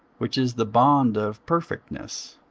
which is the bond of perfectness.